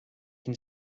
can